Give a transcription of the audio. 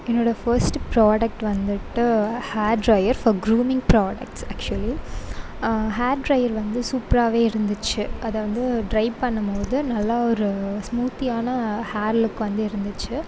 என்னோட first product வந்துவிட்டு hair dryer for grooming products actually hair dryer வந்து சூப்பராவே இருந்துச்சு அதை வந்து டிரை பண்ணும்மோது நல்லா ஒரு ஸ்மூத்தியான ஹேர் லுக் வந்து இருந்துச்சு